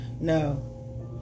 No